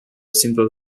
simple